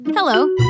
Hello